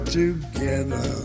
together